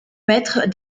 mètres